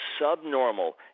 subnormal